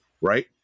right